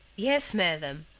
yes, madam,